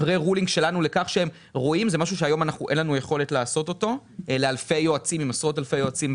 משהו שהיום אין לנו יכולת לעשות לעשרות אלפי יועצים בארץ.